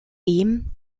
dem